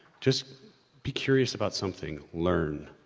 just be curious about something, learn.